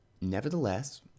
Nevertheless